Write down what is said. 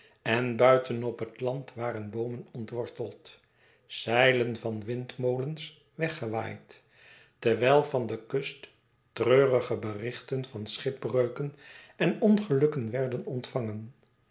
en buiten op het land waren boomen ontworteld zeilen van windmolens weggewaaid terwijl van de kust treurige berichten van schipbreuken en ongelukken werden ontvangen